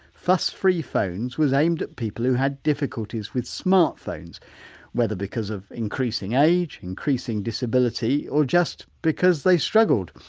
fussfree phones was aimed at people who had difficulties with smartphones whether because of increasing age, increasing disability, or just because they struggled.